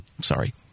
Sorry